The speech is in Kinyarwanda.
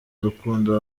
urukundo